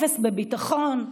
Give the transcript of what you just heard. אפס בביטחון,